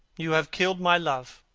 you have killed my love.